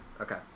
Okay